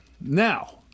now